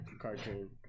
cartoon